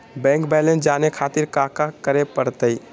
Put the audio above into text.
Bank balance जाने खातिर काका करे पड़तई?